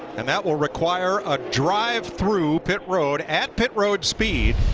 and that will require a drive through pit road at pit road speed.